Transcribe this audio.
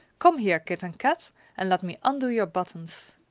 come here, kit and kat, and let me undo your buttons!